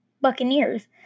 Buccaneers